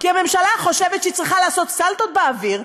כי הממשלה חושבת שהיא צריכה לעשות סלטות באוויר,